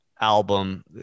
album